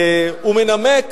הוא מנמק